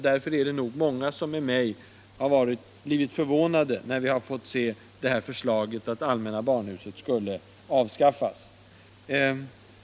Därför är det nog många som med mig har blivit förvånade när vi har fått se förslaget att allmänna barnhuset skulle avskaffas.